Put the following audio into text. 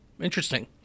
Interesting